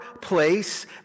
place